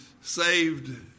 saved